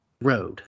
road